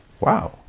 Wow